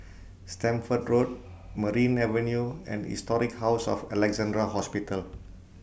Stamford Road Merryn Avenue and Historic House of Alexandra Hospital